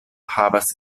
havas